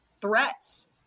threats